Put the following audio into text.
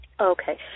okay